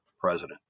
president